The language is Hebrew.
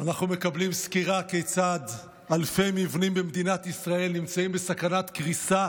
אנחנו מקבלים סקירה כיצד אלפי מבנים במדינת ישראל נמצאים בסכנת קריסה